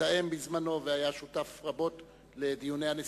מתאם בזמנו, והיה שותף רבות לדיוני הנשיאות.